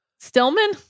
Stillman